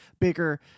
bigger